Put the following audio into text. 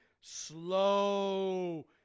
slow